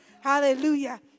hallelujah